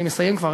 אני מסיים כבר,